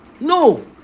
No